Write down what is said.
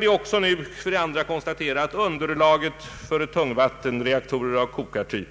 Vi kan för det andra konstatera att underlaget för tungvattenreaktorer av kokartyp